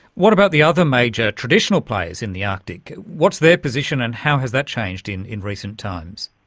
what about the other major traditional players in the arctic, what's their position and how has that changed in in recent times?